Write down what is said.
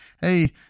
hey